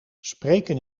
spreken